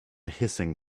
hissing